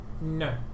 no